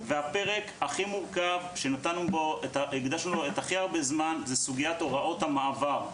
הפרק הכי מורכב שהקדשנו לו הכי הרבה זמן זה סוגית הוראות המעבר,